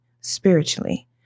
spiritually